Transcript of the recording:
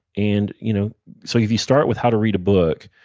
and you know so yeah if you start with how to read a book,